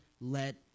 let